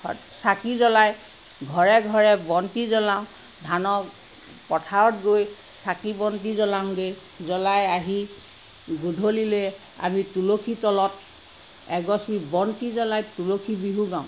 চাকি জ্বলাই ঘৰে ঘৰে বন্তি জ্বলাওঁ ধানক পথাৰত গৈ চাকি বন্তি জ্বলাওঁগৈ জ্বলাই আহি গধূলিলৈ আমি তুলসী তলত এগছি বন্তি জ্বলাই তুলসী বিহু গাওঁ